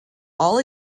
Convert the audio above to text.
all